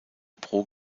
pro